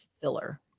filler